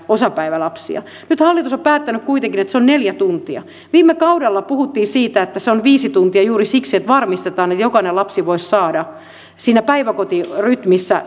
osapäivälapsia ja nyt hallitus on päättänyt kuitenkin että se on neljä tuntia viime kaudella puhuttiin siitä että se on viisi tuntia juuri siksi että varmistetaan että jokainen lapsi voisi saada siinä päiväkotirytmissä